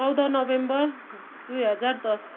चौध नोभेम्बर दुई हजार दस